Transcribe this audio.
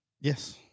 Yes